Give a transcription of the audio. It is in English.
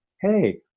hey